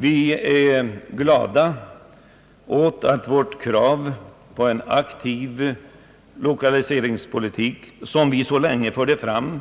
Vi är glada åt att vårt krav på en aktiv näringspolitik — som vi så länge förde fram